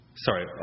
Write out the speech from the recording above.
Sorry